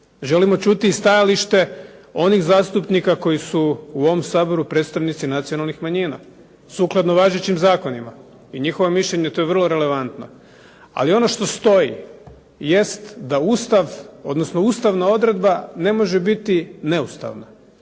Želimo čuti i stajalište onih zastupnika koji su u ovom Saboru predstavnici nacionalnih manjina sukladno važećim zakonima i njihova mišljenja. To je vrlo relevatno. Ali ono što stoji jest da Ustav, odnosno ustavna odredba ne može biti neustavna.